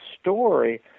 story